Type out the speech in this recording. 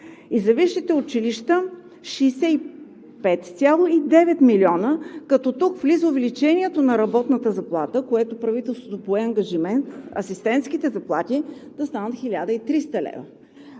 За висшите училища 65,9 млн. лв., като тук влиза увеличението на работната заплата, за което правителството пое ангажимент асистентските заплати да станат 1300 лв.